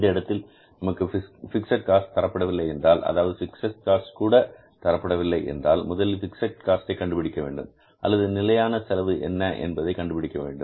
இந்த இடத்தில் நமக்கு பிக்ஸட் காஸ்ட் தரப்படவில்லை என்றால் அதாவது பிக்ஸட் காஸ்ட் கூட தரப்படவில்லை என்றால் முதலில் பிக்ஸட் காஸ்ட் ஐ கண்டுபிடிக்க வேண்டும் அல்லது நிலையான செலவு என்ன என்பதை கண்டுபிடிக்க வேண்டும்